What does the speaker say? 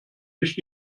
nicht